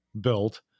built